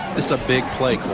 that's a big play.